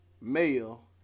male